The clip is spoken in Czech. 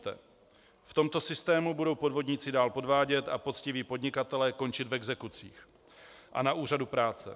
V tomto systému budou podvodníci dál podvádět a poctiví podnikatelé končit v exekucích a na úřadu práce.